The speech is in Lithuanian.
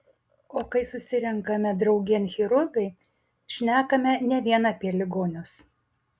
o kai susirenkame draugėn chirurgai šnekame ne vien apie ligonius